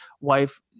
wife